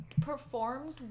performed